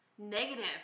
Negative